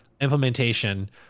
implementation